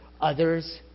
others